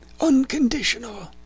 unconditional